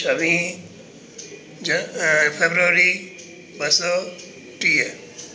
छवीह ज फैबररी ॿ सौ टीह